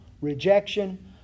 rejection